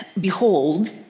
behold